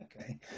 okay